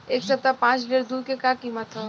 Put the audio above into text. एह सप्ताह पाँच लीटर दुध के का किमत ह?